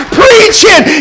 preaching